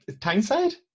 Tyneside